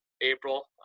April